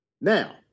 Now